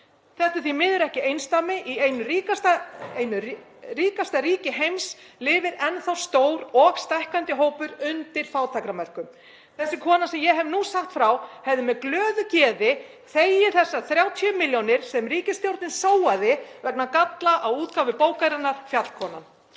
Þetta er því miður ekki einsdæmi. Í einu ríkasta ríki heims lifir enn þá stór og stækkandi hópur undir fátæktarmörkum. Þessi kona sem ég hef nú sagt frá hefði með glöðu geði þegið þessar 30 milljónir sem ríkisstjórnin sóaði vegna galla á útgáfu bókarinnar Fjallkonan.